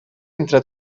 entre